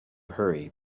hurry